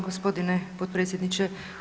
g. potpredsjedniče.